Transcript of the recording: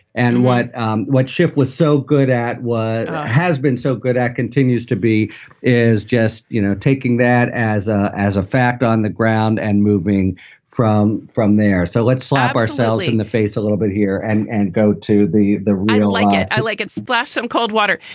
and what um what schiff was so good at, what has been so good at continues to be is just, you know, taking that as ah as a fact on the ground and moving from from there. so let's slap ourselves in the face a little bit here and and go to the the real like it i like it. splash some cold water.